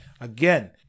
Again